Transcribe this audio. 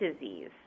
disease